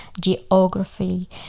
geography